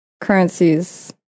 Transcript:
Currencies